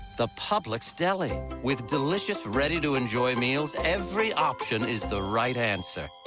the publix deli. with delicious, ready to enjoy meals. every option is the right answer.